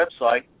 website